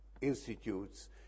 institutes